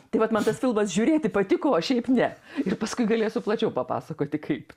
tai vat man tas filmas žiūrėti patiko o šiaip ne ir paskui galėsiu plačiau papasakoti kaip